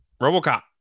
Robocop